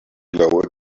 blow